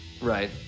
Right